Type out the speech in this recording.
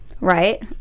Right